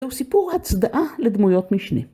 זהו סיפור הצדעה לדמויות משנה.